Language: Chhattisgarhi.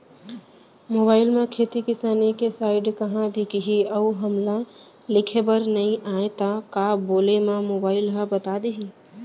मोबाइल म खेती किसानी के साइट कहाँ दिखही अऊ हमला लिखेबर नई आय त का बोले म मोबाइल ह बता दिही?